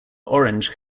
orange